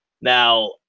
Now